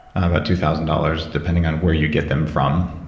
about two thousand dollars depending on where you get them from.